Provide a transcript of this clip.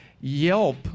Yelp